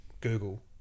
Google